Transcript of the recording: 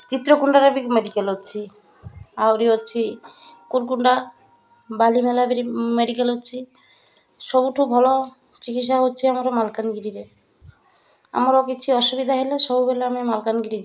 ଚିତ୍ରକୁଣ୍ଡାର ବି ମେଡ଼ିକାଲ ଅଛି ଆହୁରି ଅଛି କୁୁରକୁଣ୍ଡା ବାଲିମେଲା ବି ମେଡ଼ିକାଲ ଅଛି ସବୁଠୁ ଭଲ ଚିକିତ୍ସା ହେଉଛି ଆମର ମାଲକାନଗିରିରେ ଆମର କିଛି ଅସୁବିଧା ହେଲେ ସବୁବେଳେ ଆମେ ମାଲକାନଗିରି ଯାଏ